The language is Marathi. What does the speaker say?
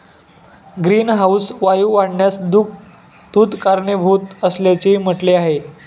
ग्रीनहाऊस वायू वाढण्यास दूध कारणीभूत असल्याचेही म्हटले आहे